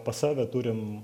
pas save turim